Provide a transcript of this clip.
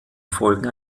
folgen